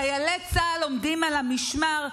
חיילי צה"ל עומדים על המשמר,